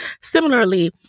Similarly